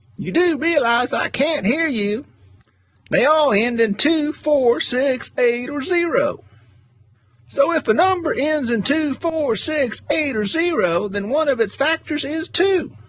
you do realize i can't hear you they all end in two, four, six, eight, or zero so if a number ends in two, four, six, eight, or zero then one of its factors is two